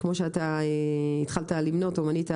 כמו שאתה התחלת למנות או מנית,